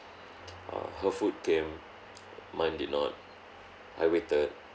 uh her food came mine did not I waited